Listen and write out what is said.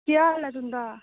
केह् हाल ऐ तुंदा